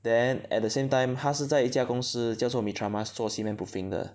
then at the same time 他是在一家公司叫做 Mitramas 做 cement proofing 的